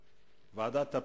ועדת הפנים,